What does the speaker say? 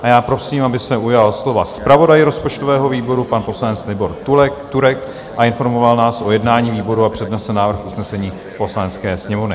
A já prosím, aby se ujal slova zpravodaj rozpočtového výboru, pan poslanec Libor Turek, a informoval nás o jednání výboru a přednesl návrh usnesení Poslanecké sněmovny.